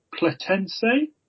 Platense